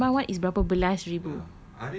oh then norman one is berapa belas ribu